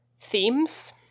themes